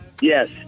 Yes